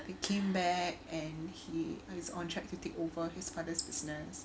he came back and he is on track to take over his father's business